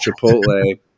Chipotle